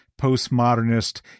postmodernist